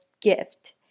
gift